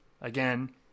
Again